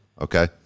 okay